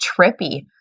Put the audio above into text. trippy